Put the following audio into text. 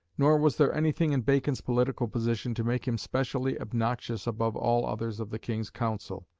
nor was there anything in bacon's political position to make him specially obnoxious above all others of the king's council.